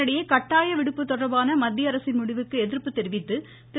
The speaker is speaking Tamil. இதனிடையே கட்டாய விடுப்பு தொடர்பான மத்திய அரசின் முடிவுக்கு எதிர்ப்பு தெரிவித்து திரு